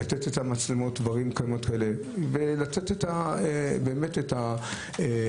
לתת את המצלמות דברים כאלה ולתת באמת את החלק